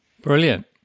Brilliant